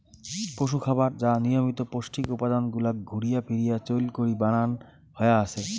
পশুখাবার যা নিয়মিত পৌষ্টিক উপাদান গুলাক ঘুরিয়া ফিরিয়া চইল করি বানান হয়া আছে